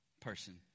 person